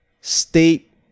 state